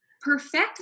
Perfect